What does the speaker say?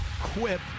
Quip